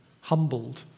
humbled